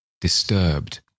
disturbed